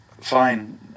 fine